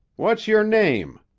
what's yer name?